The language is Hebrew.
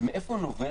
מאיפה נובע